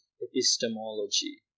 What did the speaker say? epistemology